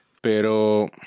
pero